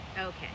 Okay